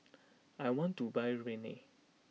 I want to buy Rene